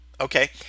okay